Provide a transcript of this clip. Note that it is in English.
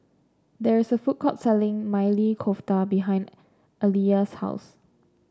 there is a food court selling Maili Kofta behind Aliya's house